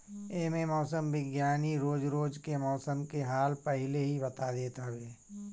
एमे मौसम विज्ञानी रोज रोज के मौसम के हाल पहिले ही बता देत हवे